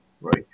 Right